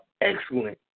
excellent